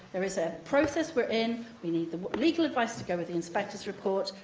there is a process we're in. we need the legal advice to go with the inspector's report.